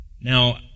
Now